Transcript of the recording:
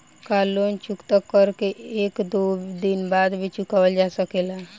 का लोन चुकता कर के एक दो दिन बाद भी चुकावल जा सकेला?